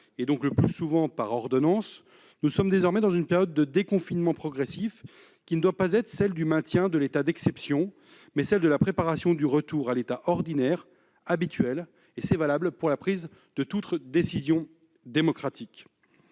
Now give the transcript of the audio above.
et donc le plus souvent par ordonnances, nous sommes désormais dans une période de déconfinement progressif, qui doit être celle non pas du maintien de l'état d'exception, mais de la préparation du retour à l'état ordinaire, habituel, pour toute prise de décision démocratique.